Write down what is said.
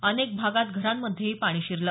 अनेक भागात घरांमध्येही पाणी शिरलं